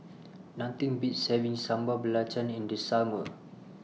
Nothing Beats having Sambal Belacan in The Summer